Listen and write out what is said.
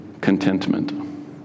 contentment